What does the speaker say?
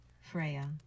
Freya